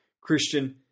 Christian